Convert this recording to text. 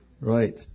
Right